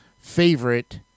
favorite